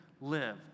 live